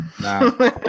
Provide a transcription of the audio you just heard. Nah